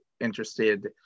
interested